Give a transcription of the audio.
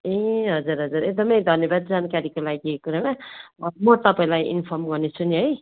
ए हजुर हजुर एकदमै धन्यवाद जानकारीको लागि गुरुमा म तपाईँलाई इन्फर्म गर्नेछु नि है